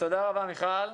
תודה רבה, מיכל.